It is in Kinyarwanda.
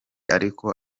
ariko